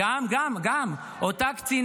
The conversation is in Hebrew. למה --- גם, גם, גם.